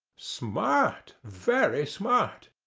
smart very smart!